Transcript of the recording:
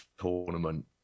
tournament